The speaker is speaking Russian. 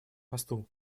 посту